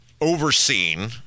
overseen